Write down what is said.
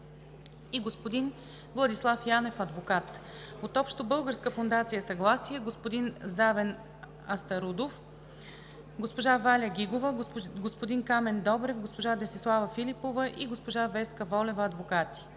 и господин Владислав Янев – адвокат; от „Общобългарска фондация Съгласие" – господин Завен Астадуров; госпожа Валя Гигова, господин Камен Добрев, госпожа Десислава Филипова и госпожа Веска Волева – адвокати.